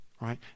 right